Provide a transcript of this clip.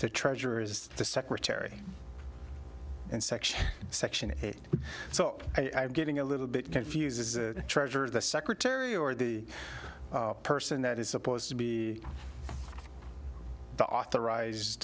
to treasurer is the secretary and section section eight so i'm getting a little bit confused treasure the secretary or the person that is supposed to be the authorized